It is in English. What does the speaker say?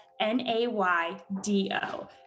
N-A-Y-D-O